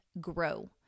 grow